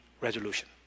resolution